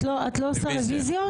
ביקשתי רביזיה.